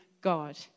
God